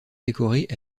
décorée